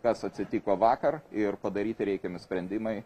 kas atsitiko vakar ir padaryti reikiami sprendimai